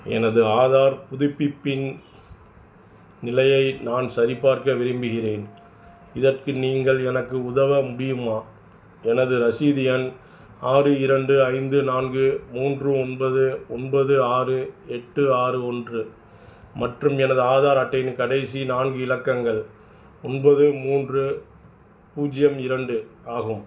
எனது ஆதார் புதுப்பிப்பின் நிலையை நான் சரிபார்க்க விரும்புகிறேன் இதற்கு நீங்கள் எனக்கு உதவ முடியுமா எனது ரசீது எண் ஆறு இரண்டு ஐந்து நான்கு மூன்று ஒன்பது ஒன்பது ஆறு எட்டு ஆறு ஒன்று மற்றும் எனது ஆதார் அட்டையின் கடைசி நான்கு இலக்கங்கள் ஒன்பது மூன்று பூஜ்ஜியம் இரண்டு ஆகும்